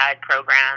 program